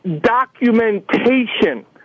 documentation